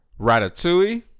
Ratatouille